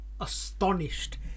astonished